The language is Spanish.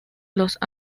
los